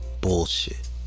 Bullshit